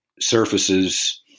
surfaces